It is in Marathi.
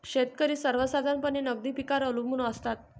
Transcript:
शेतकरी सर्वसाधारणपणे नगदी पिकांवर अवलंबून असतात